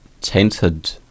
tainted